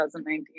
2019